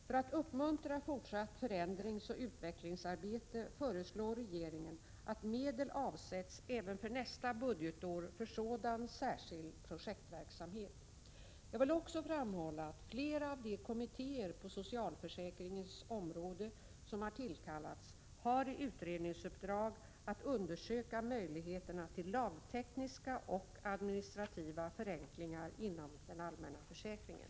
För att uppmuntra fortsatt förändringsoch utvecklingsarbete föreslår regeringen att medel avsätts även för nästa budgetår för sådan särskild projektverksamhet. Jag vill också framhålla att flera av de kommittéer på socialförsäkringens område som har tillkallats har i utredningsuppdrag att undersöka möjligheterna till lagtekniska och administrativa förenklingar inom den allmänna försäkringen.